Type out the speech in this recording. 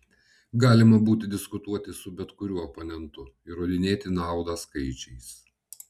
galima būtų diskutuoti su bet kuriuo oponentu įrodinėti naudą skaičiais